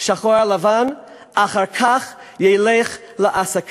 שחור על גבי לבן: "אחר כך ילך לעסקיו".